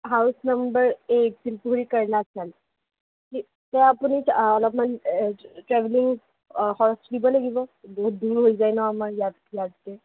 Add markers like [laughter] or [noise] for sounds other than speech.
house number eight Silpukhuri [unintelligible] ত' আপুনি অলপমান [unintelligible] travelling খৰচটো দিব লাগিব বহুত দূৰ হৈ যায় ন আমাৰ ইয়াত ইয়াতকৈ